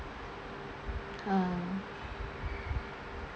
um